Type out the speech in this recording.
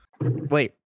Wait